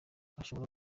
ashobora